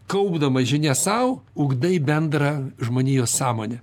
kaupdamas žinias sau ugdai bendrą žmonijos sąmonę